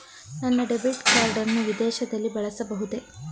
ನನ್ನ debit card ಅನ್ನು ವಿದೇಶದಲ್ಲಿ ಬಳಸಬಹುದೇ?